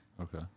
Okay